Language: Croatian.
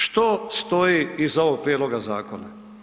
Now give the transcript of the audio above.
Što stoji iza ovog prijedloga zakona?